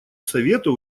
совету